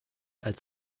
als